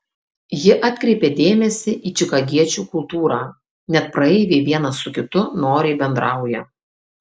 ji atkreipė dėmesį į čikagiečių kultūrą net praeiviai vienas su kitu noriai bendrauja